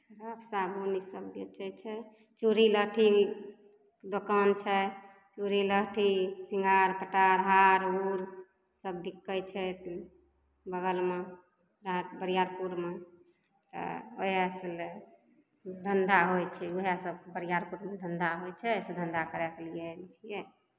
Surf साबुन इसभ बेचै छै चूड़ी लहठी दोकान छै चूड़ी लहठी शृंगार पेटार हार उर सभ बिकै छै बगलमे राहत बरियारपुरमे आ उएहसँ लए कऽ धन्धा होइ छै उएहसभ बरियारपुरमे धन्धा होइ छै तऽ धन्धा करयके लिए छियै